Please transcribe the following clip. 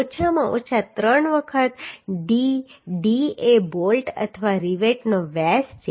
ઓછામાં ઓછા 3 વખત d d એ બોલ્ટ અથવા રિવેટનો વ્યાસ છે